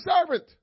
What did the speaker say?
servant